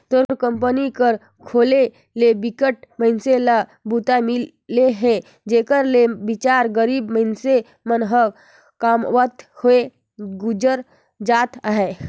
तोर कंपनी कर खोले ले बिकट मइनसे ल बूता मिले हे जेखर ले बिचार गरीब मइनसे मन ह कमावत होय गुजर करत अहे